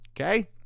Okay